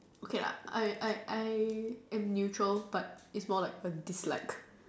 okay err I I I am neutral but it's more like a dislike